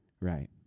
Right